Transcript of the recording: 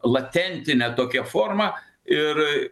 latentine tokia forma ir